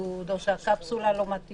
בבידוד או שהקפסולה לא מתאימה.